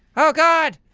oh god.